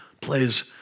plays